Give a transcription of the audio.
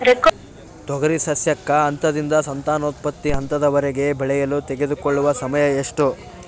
ತೊಗರಿ ಸಸ್ಯಕ ಹಂತದಿಂದ ಸಂತಾನೋತ್ಪತ್ತಿ ಹಂತದವರೆಗೆ ಬೆಳೆಯಲು ತೆಗೆದುಕೊಳ್ಳುವ ಸಮಯ ಎಷ್ಟು?